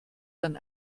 dann